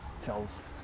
Tells